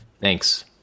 thanks